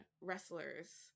wrestlers